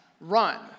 run